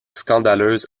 scandaleuse